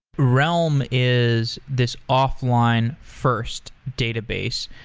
realm is this offline first database.